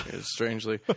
strangely